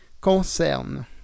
concerne